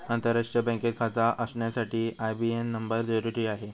आंतरराष्ट्रीय बँकेत खाता असण्यासाठी आई.बी.ए.एन नंबर जरुरी आहे